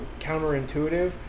counterintuitive